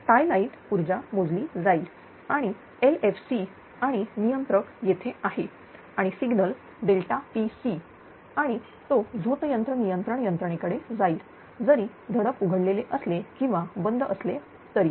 tie line ऊर्जा मोजली जाईल आणि LFC आणि नियंत्रक येथे आहे आणि सिग्नल PC आणि तो झोत यंत्र नियंत्रण यंत्रणेकडे जाईल जरी झडप उघडलेले असले किंवा बंद असले तरी